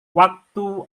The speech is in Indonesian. waktu